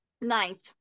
Ninth